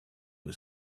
his